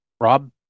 Rob